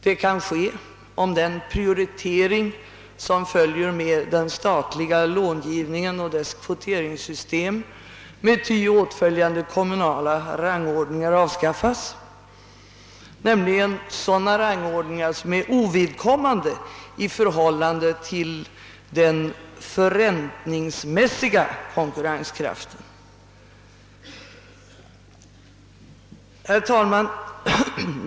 Det kan ske om den prioritering som följer med den statliga långivningen och dess kvoteringssystem med ty åtföljande kommunala rangordningar avskaffas, alltså sådana rangordningar som är ovidkommande i förhållande till den förräntningsmässiga konkurrenskraften. Herr talman!